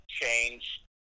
change